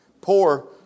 poor